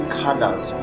colors